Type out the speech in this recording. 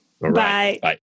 Bye